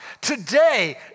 Today